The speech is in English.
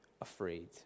afraid